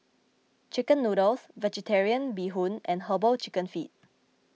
Chicken Noodles Vegetarian Bee Hoon and Herbal Chicken Feet